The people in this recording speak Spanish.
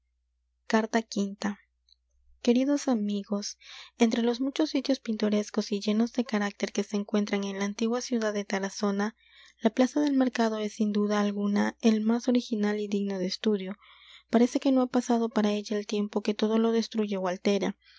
carta quinta queridos amigos entre los muchos sitios pintorescos y llenos de carácter que se encuentran en la antigua ciudad de tarazona la plaza del mercado es sin duda alguna el más original y digno de estudio parece que no ha pasado para ella el tiempo que todo lo destruye ó altera